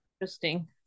Interesting